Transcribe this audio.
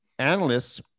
Analysts